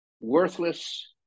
worthless